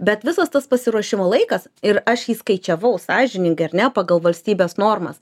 bet visas tas pasiruošimo laikas ir aš jį skaičiavau sąžiningai ar ne pagal valstybės normas